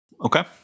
Okay